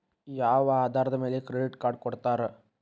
ಯಾವ ಆಧಾರದ ಮ್ಯಾಲೆ ಕ್ರೆಡಿಟ್ ಕಾರ್ಡ್ ಕೊಡ್ತಾರ?